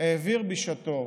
העביר בשעתו,